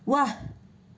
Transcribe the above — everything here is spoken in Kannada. ವಾಹ್